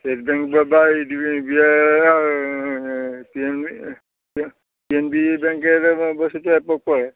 state bank বা P N B বেংকে বস্তুটো এপ্রুভ কৰে